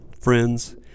friends